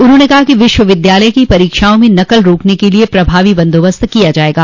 उन्होंने कहा कि विश्वविद्यालय की परीक्षाओं में नकल रोकने के लिए प्रभावी बंदोबस्त किया जायेगा